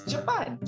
Japan